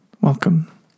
Welcome